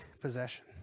possession